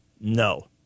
No